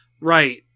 Right